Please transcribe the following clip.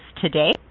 today